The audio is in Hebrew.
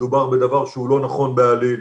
מדובר בדבר שהוא לא נכון בעליל.